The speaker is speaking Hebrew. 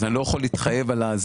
אז אני לא יכול להתחייב עליו,